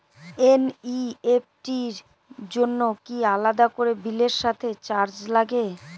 NEFT র জন্য কি আলাদা করে বিলের সাথে চার্জ লাগে?